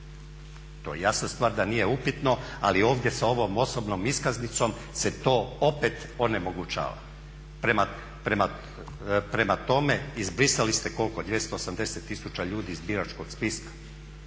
je jasna stvar da nije upitno, ali ovdje sa ovom osobnom iskaznicom se to opet onemogućava. Prema tome, izbrisali ste koliko 280 tisuća ljudi iz biračkog spiska.